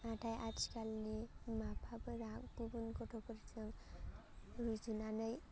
नाथाय आथिखालनि बिमा बिफाफोरा गुबुन गथ'फोरजों रुजुनानै